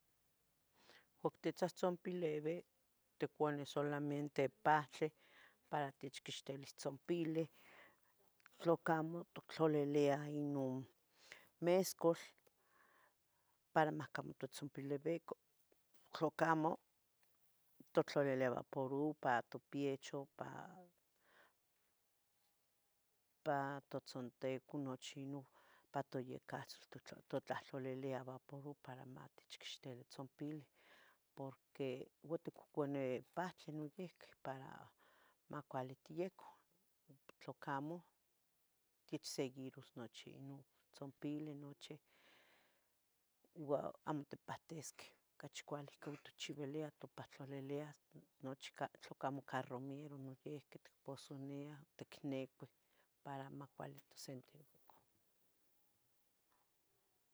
Oc titzohtzonpelevi ticuanih solamente pahtli para tehcquixteles tzompileh. Tla camo totlaliliah Inon mescol para macamo titzonpilivican. Tlocamo, totlalilia vapurob para tiopechoh para totzontecon, nochi Inon, para toyecahtzol, totlahtlaliliah vaporu para matechquixtilih tzompilih porque ticohconih pahtli noyiuqui para macuali tiyecoh, tlacamo icseguiros nochi Inon tzinpili, nochih uo amo tipahtisqueh. Ocachi cualih ohcon tochiuiliah topahtlaliliah nochi ca, tlacamo ca romero noyiuqui, itposoniah, ticnicuih para macuali tosintifico.